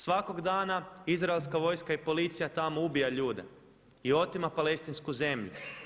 Svakog dana izraelska vojska i policija tamo ubija ljude i otima palestinsku zemlju.